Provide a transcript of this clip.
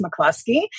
McCluskey